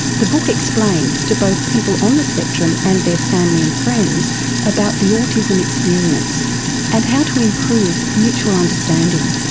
the book explains to both people on the spectrum and their family and friends about the autism experience and how to improve mutual understanding.